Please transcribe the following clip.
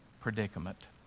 predicament